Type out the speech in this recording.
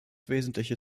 wesentliche